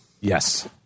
Yes